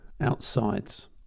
Outsides